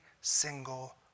single